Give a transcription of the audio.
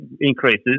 increases